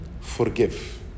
forgive